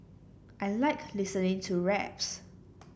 I like listening to raps